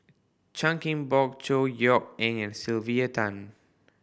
Chan King Bock Chor Yeok Eng and Sylvia Tan